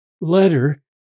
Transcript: letter